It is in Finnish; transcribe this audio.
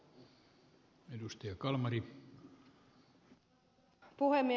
arvoisa puhemies